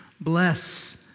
bless